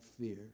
fear